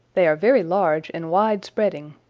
they are very large and wide-spreading,